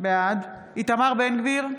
בעד איתמר בן גביר,